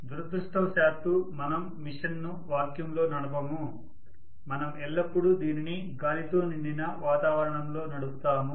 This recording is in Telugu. కానీ దురదృష్టవశాత్తు మనం మిషన్ ను వాక్యూమ్లో నడపము మనం ఎల్లప్పుడూ దీనిని గాలితో నిండిన వాతావరణంలోనడుపుతాము